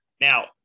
Now